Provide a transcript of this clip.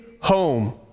home